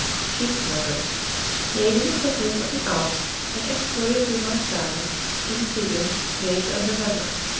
sheep-milker, made in the foothills of the alps and exported through marseilles in season, may to november.